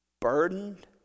burdened